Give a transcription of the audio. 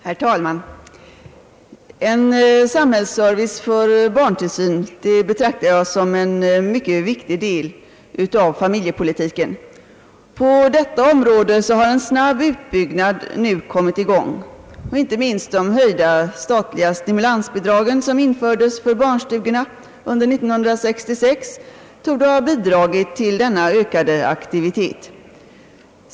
Herr talman! En samhällsservice för barntillsyn betraktar jag som en mycket viktig del i familjepolitiken. På detta område har en snabb utbyggnad nu kommit i gång. Inte minst de höjda statliga stimulansbidragen som infördes för barnstugorna under 1966 torde ha bidragit till denna ökade aktivitet.